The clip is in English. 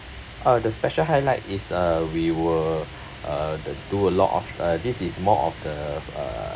uh the special highlight is uh we will uh d~ do a lot of uh this is more of the uh